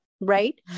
Right